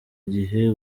gihe